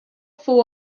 fou